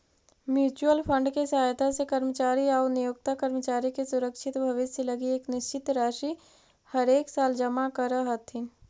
mutual fund के सहायता से कर्मचारी आउ नियोक्ता कर्मचारी के सुरक्षित भविष्य लगी एक निश्चित राशि हरेकसाल जमा करऽ हथिन